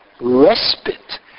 respite